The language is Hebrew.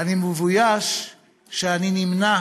אני מבויש על כך שאני נמנה